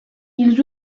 ils